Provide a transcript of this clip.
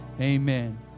amen